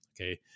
Okay